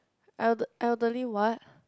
elder elderly what